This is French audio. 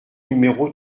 numéro